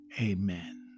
amen